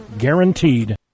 Guaranteed